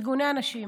ארגוני הנשים,